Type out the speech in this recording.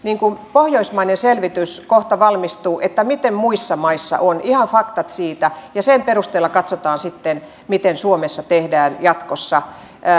pohjoismainen selvitys kohta valmistuu elikkä nyt on selvitelty miten muissa maissa on ihan faktat siitä ja sen perusteella katsotaan sitten miten suomessa tehdään jatkossa